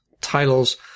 titles